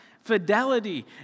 fidelity